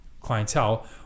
clientele